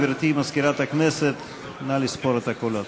גברתי מזכירת הכנסת, נא לספור את הקולות.